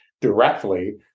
directly